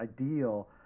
ideal